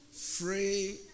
Free